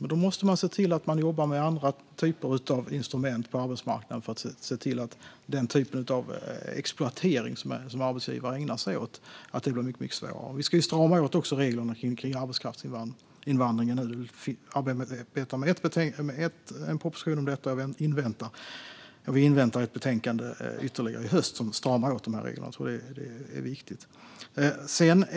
Då måste man se till att man jobbar med andra typer av instrument på arbetsmarknaden för att det slags exploatering som arbetsgivare ägnar sig åt ska bli mycket svårare. Vi ska strama åt reglerna för arbetskraftsinvandring. Vi arbetar med en proposition om detta och inväntar ytterligare ett betänkande i höst som stramar åt dessa regler.